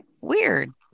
Weird